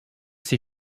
ces